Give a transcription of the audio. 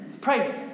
Pray